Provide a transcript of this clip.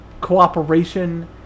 cooperation